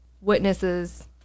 witnesses